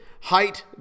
height